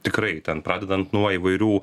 tikrai ten pradedant nuo įvairių